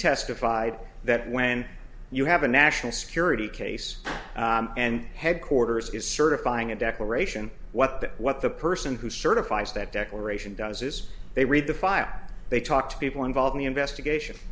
testified that when you have a national security case and headquarters is certifying a declaration what that what the person who certifies that declaration does is they read the file they talk to people involved the investigation